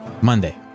Monday